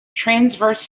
transverse